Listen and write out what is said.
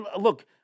Look